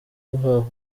aho